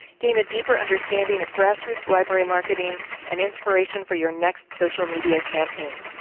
again a deeper understanding of grassroots library marketing and inspiration for your next social media campaign.